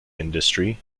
industry